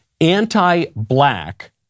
anti-black